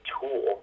tool